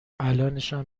الانشم